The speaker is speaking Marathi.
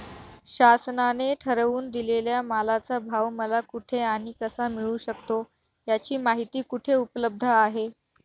शासनाने ठरवून दिलेल्या मालाचा भाव मला कुठे आणि कसा मिळू शकतो? याची माहिती कुठे उपलब्ध आहे?